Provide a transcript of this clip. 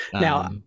Now